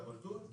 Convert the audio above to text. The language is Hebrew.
את הבולטות,